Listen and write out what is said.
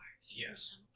Yes